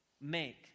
Make